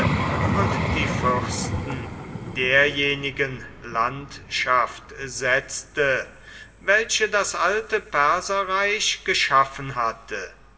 und die fürsten derjenigen landschaft setzte welche das alte perserreich geschaffen hatte